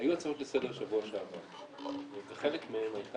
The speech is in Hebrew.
--- היו הצעות לסדר בשבוע שעבר וחלק מהן היו